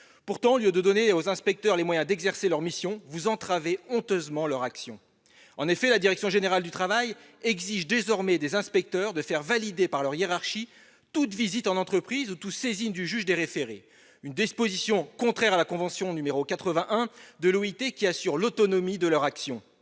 Pourtant, au lieu de donner aux inspecteurs les moyens d'exercer leurs missions, vous entravez honteusement leur action. En effet, la direction générale du travail (DGT) exige désormais des inspecteurs qu'ils fassent valider par leur hiérarchie toute visite en entreprise ou toute saisine du juge des référés, une disposition contraire à la convention n° 81 de l'Organisation internationale